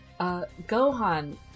Gohan